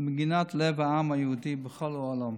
ולמגינת לב העם היהודי בכל העולם.